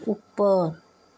ਉੱਪ